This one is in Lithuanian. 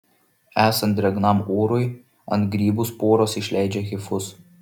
esant drėgnam orui ant grybų sporos išleidžia hifus